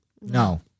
No